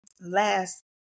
last